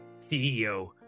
CEO